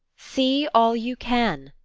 see all you can!